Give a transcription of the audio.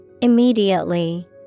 Immediately